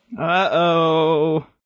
Uh-oh